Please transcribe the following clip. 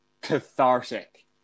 cathartic